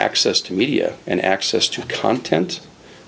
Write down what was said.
access to media and access to content